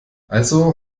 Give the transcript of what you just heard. also